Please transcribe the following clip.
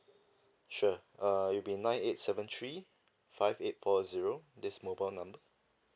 sure err it be nine eight seven three five eight four zero this mobile number